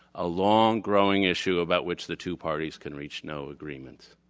a long-growing issue about which the two parties can reach no agreements